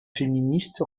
féministe